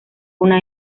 una